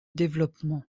développement